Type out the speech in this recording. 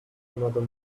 another